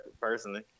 personally